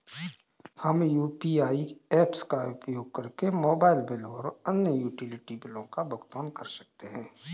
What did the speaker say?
हम UPI apps का उपयोग करके मोबाइल बिल और अन्य यूटिलिटी बिलों का भुगतान कर सकते हैं